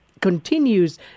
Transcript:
continues